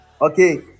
Okay